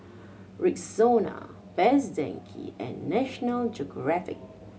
Rexona Best Denki and National Geographic